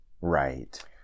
right